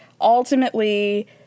ultimately